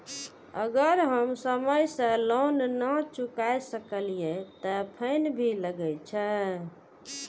अगर हम समय से लोन ना चुकाए सकलिए ते फैन भी लगे छै?